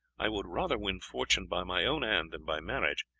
i would rather win fortune by my own hand than by marriage,